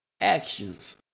actions